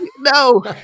no